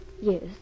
Yes